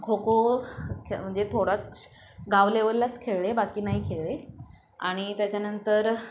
खो खो खे म्हणजे थोडा गाव लेवललाच खेळले बाकी नाही खेळले आणि त्याच्यानंतर